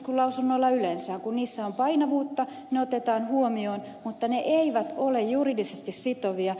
kun niissä on painavuutta ne otetaan huomioon mutta ne eivät ole juridisesti sitovia